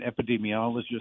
epidemiologist